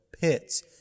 pits